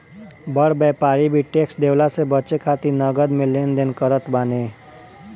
बड़ व्यापारी भी टेक्स देवला से बचे खातिर नगद में लेन देन करत बाने